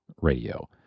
radio